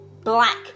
black